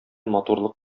матурлык